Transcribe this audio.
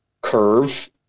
curve